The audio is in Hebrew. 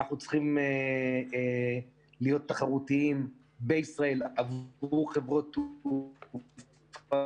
אנחנו צריכים להיות תחרותיים בישראל עבור חברות תעופה